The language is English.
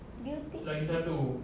beauty